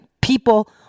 people